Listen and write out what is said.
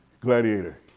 Gladiator